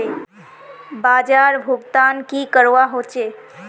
बाजार भुगतान की करवा होचे?